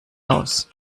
aus